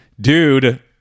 dude